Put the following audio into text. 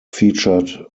featured